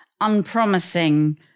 unpromising